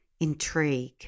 intrigue